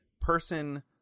person